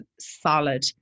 solid